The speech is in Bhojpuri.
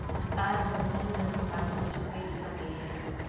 सरकार जमीन आ मकान कुछो बेच सके ले